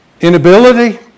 inability